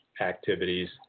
activities